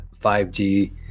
5G